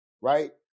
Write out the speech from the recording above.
right